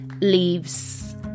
leaves